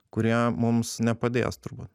kurie mums nepadės turbūt